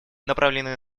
направленные